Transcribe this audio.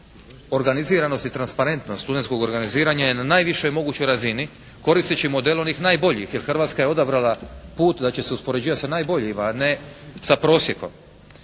organiziranost i transparentnost studentskog organiziranja je na najvišoj mogućoj razini koristeći model onih najboljih, jer Hrvatska je odabrala put da će se uspoređivati sa najboljim, a ne sa prosjekom.